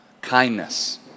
kindness